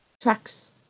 tracks